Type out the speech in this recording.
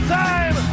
time